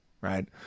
right